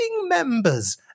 members